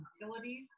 utilities